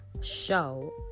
show